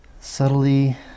Subtly